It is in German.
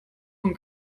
von